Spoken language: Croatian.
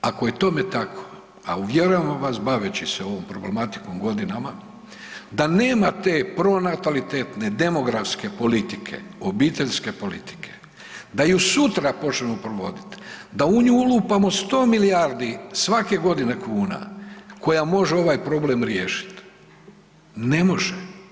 Ako je tome tako, a uvjeravam vas baveći se ovom problematikom godinama da nema te pronatalitetne, demografske politike, obiteljske politike, da ju sutra počnemo provoditi, da u nju ulupamo 100 milijardi svake godine kuna koja može ovaj problem riješiti, ne može.